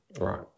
Right